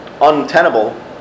untenable